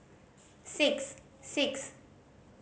six six